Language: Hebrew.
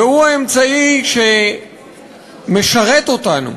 והוא האמצעי שמשרת אותנו,